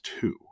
two